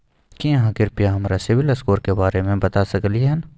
की आहाँ कृपया हमरा सिबिल स्कोर के बारे में बता सकलियै हन?